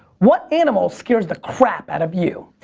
what animal scares the crap out of you?